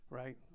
right